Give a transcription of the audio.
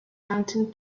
mountain